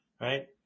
right